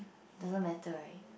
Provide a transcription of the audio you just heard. doesn't matter right